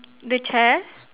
the chairs